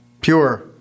Pure